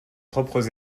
propres